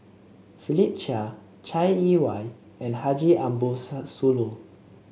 Philip Chia Chai Yee Wei and Haji Ambo Sooloh